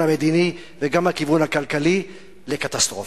המדיני וגם בכיוון הכלכלי לקטסטרופה.